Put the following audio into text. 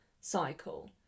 cycle